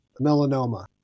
melanoma